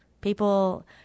People